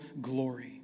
glory